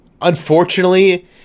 unfortunately